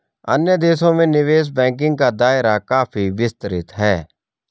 अन्य देशों में निवेश बैंकिंग का दायरा काफी विस्तृत है